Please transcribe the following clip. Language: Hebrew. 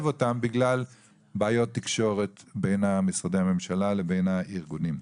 אותם בגלל בעיות תקשורת בין משרדי הממשלה לבין הארגונים.